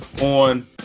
on